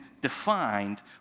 defined